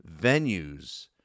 venues